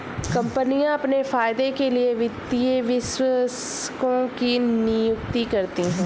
कम्पनियाँ अपने फायदे के लिए वित्तीय विश्लेषकों की नियुक्ति करती हैं